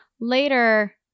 Later